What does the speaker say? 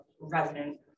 resident